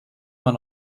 man